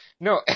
No